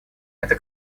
это